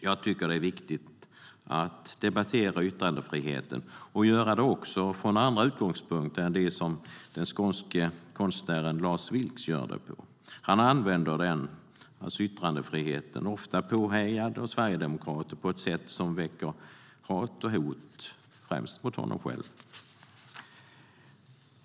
Jag tycker att det är viktigt att debattera yttrandefriheten även från andra utgångspunkter än dem som den skånske konstnären Lars Vilks gör det från. Han använder yttrandefriheten, ofta påhejad av sverigedemokrater, på ett sätt som väcker hat och hot främst mot honom själv.